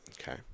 Okay